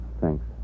Thanks